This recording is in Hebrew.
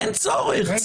אין צורך,